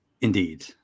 Indeed